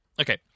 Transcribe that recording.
Okay